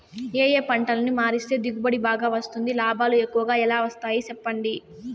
ఏ ఏ పంటలని మారిస్తే దిగుబడి బాగా వస్తుంది, లాభాలు ఎక్కువగా ఎలా వస్తాయి సెప్పండి